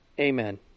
Amen